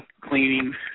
cleaning